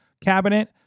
cabinet